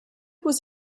was